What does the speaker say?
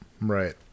right